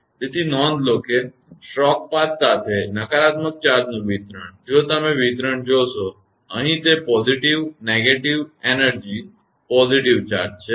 તેથી નોંધ લો કે સ્ટ્રોક પાથ સાથે નકારાત્મક ચાર્જનું વિતરણ જો તમે વિતરણ જોશો અહીં તે positive negative energy negative charge છે